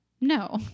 no